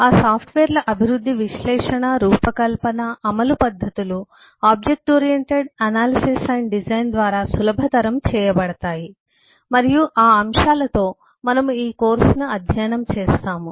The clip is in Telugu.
ఆ సాఫ్ట్వేర్ల అభివృద్ధి విశ్లేషణ రూపకల్పన అమలు పద్ధతులు object oriented analysis and design ద్వారా సులభతరం చేయబడతాయి మరియు ఆ అంశాలతో మనము ఈ కోర్సు అధ్యయనం చేస్తాము